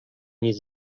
nic